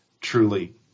truly